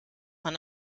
man